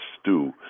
stew